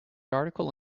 article